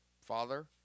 father